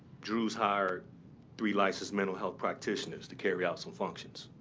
drew's hired three licensed mental health practitioners to carry out some functions.